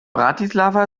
bratislava